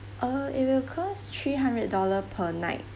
uh it will cost three hundred dollar per night